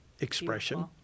expression